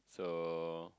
so